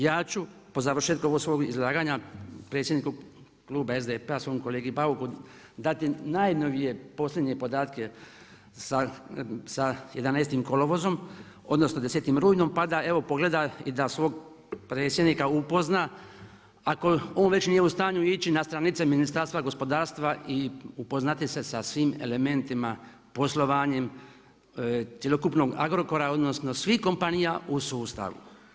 Ja ću po završetku ovog svog izlaganja predsjedniku kluba SDP-a, svom kolegi Bauku dati najnovije posljednje podatke sa 11. kolovozom, odnosno 10. rujnom pa da evo pogleda i da svog predsjednika upozna ako on već nije u stanju ići na stranice Ministarstva gospodarstva i upoznati se sa svim elementima, poslovanjem cjelokupnog Agrokora, odnosno svih kompanija u sustavu.